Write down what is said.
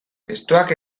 testuak